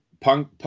punk